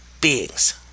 beings